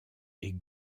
est